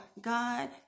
God